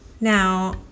Now